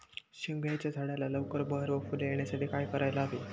शेवग्याच्या झाडाला लवकर बहर व फूले येण्यासाठी काय करायला हवे?